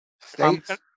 States